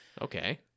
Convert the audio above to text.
Okay